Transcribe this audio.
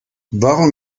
warum